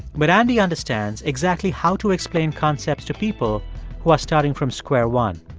but andy understands exactly how to explain concepts to people who are starting from square one.